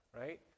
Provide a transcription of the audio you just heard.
right